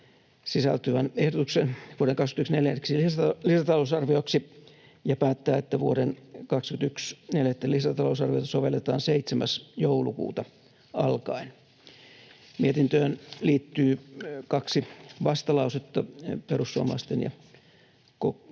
sisältyvän ehdotuksen vuoden 21 neljänneksi lisätalousarvioksi ja päättää, että vuoden 21 neljättä lisätalousarviota sovelletaan 7. joulukuuta alkaen. Mietintöön liittyy kaksi vastalausetta perussuomalaisten ja